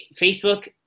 Facebook